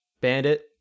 Bandit